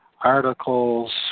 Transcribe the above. articles